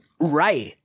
Right